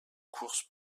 courses